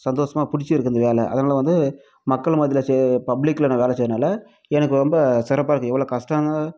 சந்தோஷமாக பிடிச்சிருக்கு இந்த வேலை அதனால் வந்து மக்கள் மத்தியில செ பப்ளிக்ல நான் வேலை செய்கிறனால எனக்கு ரொம்ப சிறப்பாக இருக்குது எவ்வளோ கஷ்டங்க